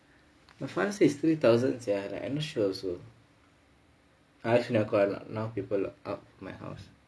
my father say is three thousand sia I not sure also I also never call a lot of people up my house